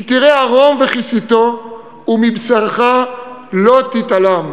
כי תראה עָרֹם וכִסיתו ומבשרך לא תתעלם.